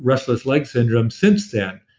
restless leg syndrome since then.